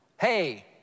hey